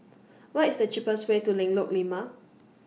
What IS The cheapest Way to Lengkok Lima